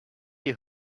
you